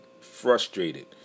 frustrated